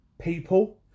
people